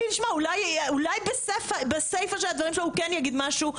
אולי בסיפא של הדברים שלו הוא כן יגיד משהו.